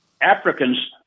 Africans